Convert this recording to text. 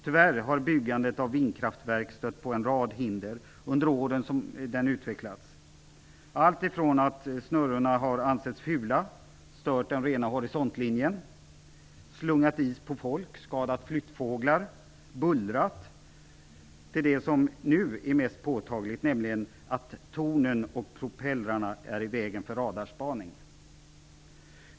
Tyvärr har byggandet av vindkraftverk stött på en rad hinder under åren som vindkraften utvecklats, alltifrån att snurrorna har ansetts fula, stört den rena horisontlinjen, slungat is på folk, skadat flyttfåglar och bullrat till det som nu är mest påtagligt, nämligen att tornen och propellrarna är i vägen för radarspaning.